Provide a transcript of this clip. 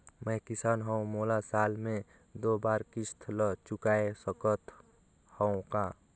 मैं किसान हव मोला साल मे दो बार किस्त ल चुकाय सकत हव का?